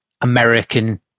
American